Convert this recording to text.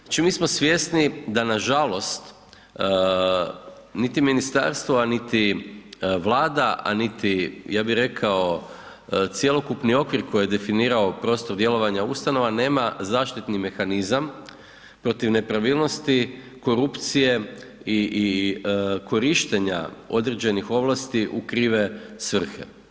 Znači mi smo svjesni da nažalost niti ministarstvo a niti Vlada a niti ja bi rekao cjelokupni okvir koji je definirao prostor djelovanja ustanova, nema zaštitni mehanizam protiv nepravilnosti, korupcije i korištenja određenih ovlasti u krive svrhe.